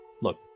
Look